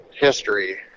history